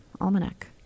Almanac